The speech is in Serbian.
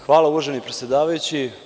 Hvala uvaženi predsedavajući.